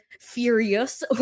furious